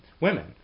women